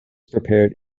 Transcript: prepared